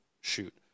shoot